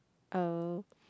oh